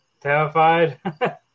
terrified